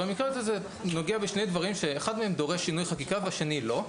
במקרה הזה זה נוגע בשני דברים שאחד מהם דורש שינוי חקיקה והשני לא,